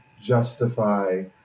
justify